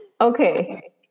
Okay